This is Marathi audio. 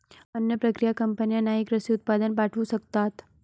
अन्न प्रक्रिया कंपन्यांनाही कृषी उत्पादन पाठवू शकतात